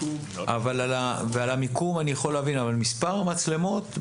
לגבי המיקום אני יכול להבין, אבל מספר המצלמות?